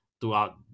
throughout